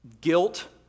guilt